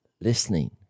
listening